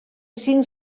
cinc